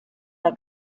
der